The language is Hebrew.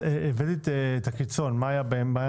הבאת את הקיצון אבל מה היה בתווך?